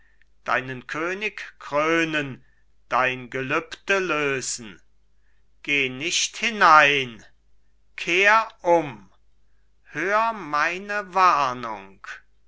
deinen könig krönen dein gelübde lösen geh nicht hinein kehr um hör meine warnung